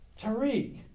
Tariq